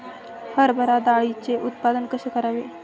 हरभरा डाळीचे उत्पादन कसे करावे?